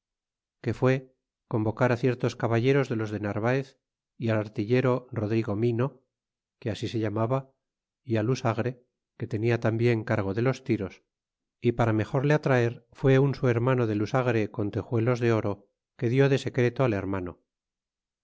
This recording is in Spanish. que fué convocar ciertos caballeros de los de narvaez y al artillero rodrigo mino que así se llamaba é al usagre que tenia tambien cargo de los tiros y para mejor le atraer fué un su hermano del usagre con tejuelos de oro que diú de secreto al hermano